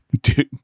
Dude